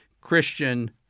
Christian